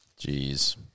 Jeez